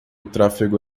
tráfego